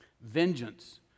Vengeance